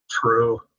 True